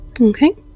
Okay